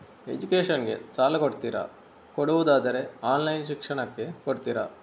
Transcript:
Education ಗೆ ಸಾಲ ಕೊಡ್ತೀರಾ, ಕೊಡುವುದಾದರೆ ಆನ್ಲೈನ್ ಶಿಕ್ಷಣಕ್ಕೆ ಕೊಡ್ತೀರಾ?